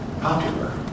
popular